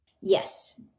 Yes